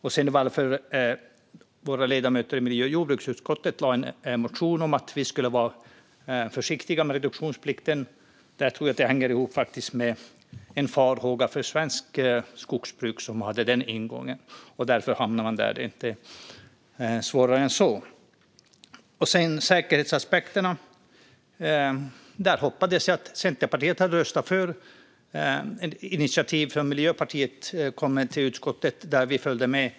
Anledningen till att ledamöter i miljö och jordbruksutskottet väckte en motion om att vi ska vara försiktiga med reduktionsplikten tror jag hänger ihop med en farhåga för svenskt skogsbruk, som hade den ingången. Därför hamnade man där; det är inte svårare än så. När det gäller säkerhetsaspekterna hade jag hoppats att Centerpartiet skulle röstat för ett förslag som Miljöpartiet kom med till utskottet om ett initiativ och som vi följde med på.